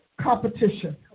competition